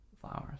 flowers